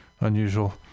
unusual